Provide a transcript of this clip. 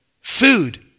food